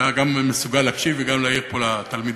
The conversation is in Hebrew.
שאתה גם מסוגל להקשיב וגם להעיר פה לתלמידים.